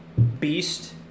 Beast